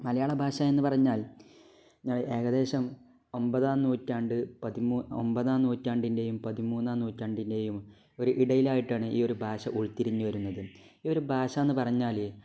മലയാളഭാഷയെന്ന് പറഞ്ഞാൽ ഏകദേശം ഒമ്പതാം നൂറ്റാണ്ട് ഒമ്പതാം നൂറ്റാണ്ടിന്റെയും പതിമൂന്നാം നൂറ്റാണ്ടിൻ്റെയും ഒരു ഇടയിലായിട്ടാണ് ഈയൊരു ഭാഷ ഉരുത്തിരിഞ്ഞു വരുന്നത് ഈയൊരു ഭാഷയെന്ന് പറഞ്ഞാല്